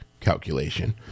calculation